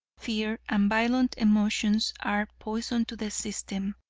fear and violent emotions are poison to the system.